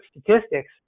statistics